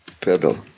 pedal